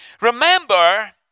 Remember